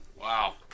Wow